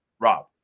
Rob